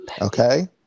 Okay